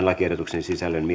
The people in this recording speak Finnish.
lakiehdotuksen sisällöstä